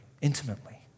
intimately